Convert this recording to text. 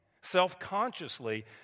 self-consciously